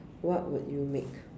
what would you make